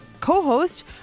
co-host